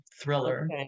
thriller